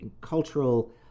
cultural